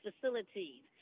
facilities